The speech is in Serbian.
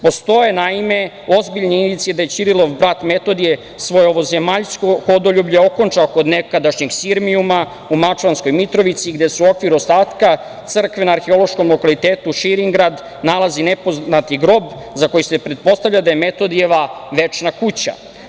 Postoje, naime, ozbiljni indicije da je Ćirilov brat Metodije svoje ovozemaljsko hodoljublje okončao kod nekadašnjeg Sirmijuma u mačvanskoj Mitrovici gde su u okviru ostatka crkve na arheološkom lokalitetu „Širingrad“ nalazi nepoznati grob za koji se pretpostavlja da je Metodijeva večna kuća.